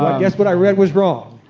guess what i read was wrong.